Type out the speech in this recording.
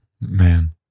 Man